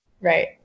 Right